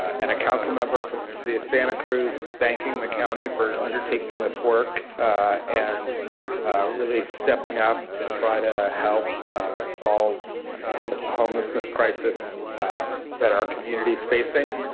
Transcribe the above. and a council member for the city of santa cruz. thanking the county for undertaking this work and really stepping up to try to help solve the homelessness crisis that our community is facing.